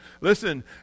Listen